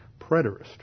preterist